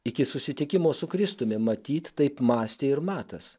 iki susitikimo su kristumi matyt taip mąstė ir matas